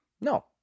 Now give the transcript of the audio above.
No